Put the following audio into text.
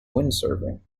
windsurfing